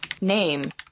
Name